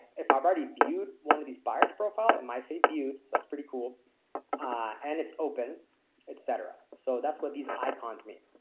if i've already viewed one of these buyers profile and my say viewed so that's pretty cool and it's open etcetera. so that's what these icons mean.